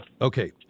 okay